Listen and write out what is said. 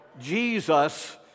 Jesus